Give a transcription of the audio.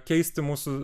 keisti mūsų